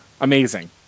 amazing